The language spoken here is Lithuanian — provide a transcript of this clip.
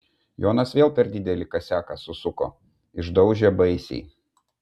jonas vėl per didelį kasiaką susuko išdaužė baisiai